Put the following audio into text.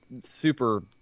super